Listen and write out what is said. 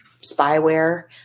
spyware